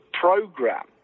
program